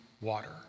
water